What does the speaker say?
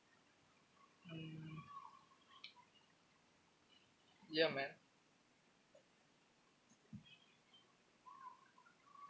mm ya man